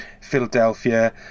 Philadelphia